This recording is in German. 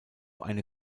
eine